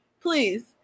please